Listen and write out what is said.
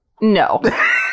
No